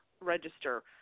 register